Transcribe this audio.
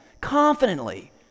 confidently